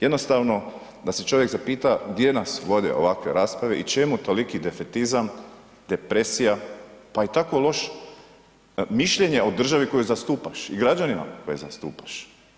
Jednostavno da se čovjek zapita gdje nas vode ovakve rasprave i čemu toliki defetizam, depresija pa i tako loše mišljenje o državi koju zastupaš i građanima koje zastupaš.